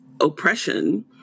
oppression